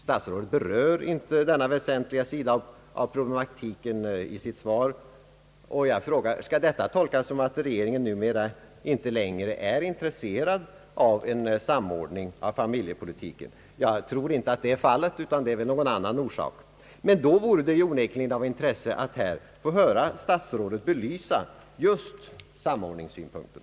Statsrådet berör inte denna väsentliga sida av problematiken i sitt svar. Skall detta tolkas så som att regeringen numera inte längre är intresserad av en samordning av familjepolitiken? Jag tror inte det är fallet, utan det finns väl någon annan orsak. Men då vore det onekligen av intresse att få höra statsrådet här belysa just samordningssynpunkten.